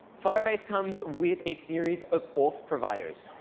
firebase comes with a series of auth providers.